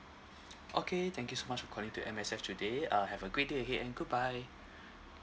okay thank you so much for calling to M_S_F today uh have a great day ahead and good bye